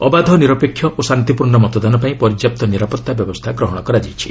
ଅବାଧ ନିରପେକ୍ଷ ଓ ଶାନ୍ତିପୂର୍ଣ୍ଣ ମତଦାନ ପାଇଁ ପର୍ଯ୍ୟାପ୍ତ ନିରାପତ୍ତା ବ୍ୟବସ୍ଥା ଗ୍ରହଣ କରାଯାଇଛି